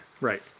right